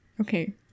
okay